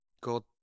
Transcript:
God